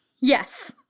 yes